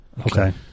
Okay